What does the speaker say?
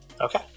Okay